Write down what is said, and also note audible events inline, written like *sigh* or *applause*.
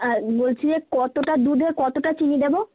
আর বলছি যে কতটা *unintelligible* দুধে কতটা চিনি দেবো